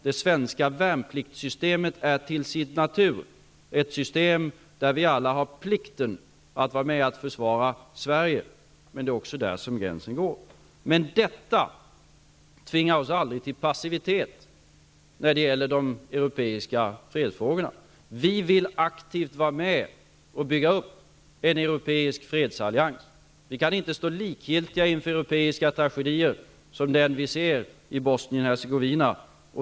Det svenska värnpliktssystemet är till sin natur ett system där vi alla har plikten att vara med och försvara Sverige, men det är också där som gränsen går. Detta tvingar oss emellertid aldrig till passivitet när det gäller de europeiska fredsfrågorna. Vi vill aktivt vara med och bygga upp en europeisk fredsallians. Vi kan inte stå likgiltiga inför europeiska tragedier som den vi ser i Bosnien-Hercegovina.